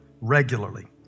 regularly